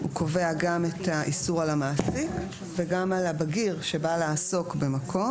הוא קובע גם את האיסור על המעסיק וגם על הבגיר שבא לעסוק במקום,